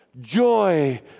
joy